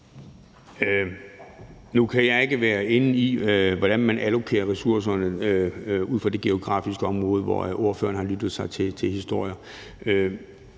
Nu er jeg ikke inde i, hvordan man allokerer ressourcerne i det geografiske område, hvor ordføreren har lyttet sig til de historier.